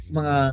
mga